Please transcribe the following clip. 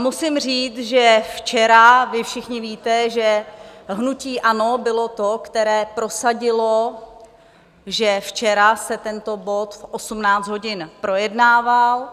Musím říct, že včera, vy všichni víte, že hnutí ANO bylo to, které prosadilo, že včera se tento bod v 18 hodin projednával.